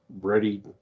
ready